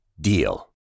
DEAL